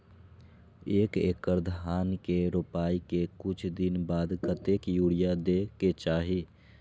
एक एकड़ धान के रोपाई के कुछ दिन बाद कतेक यूरिया दे के चाही?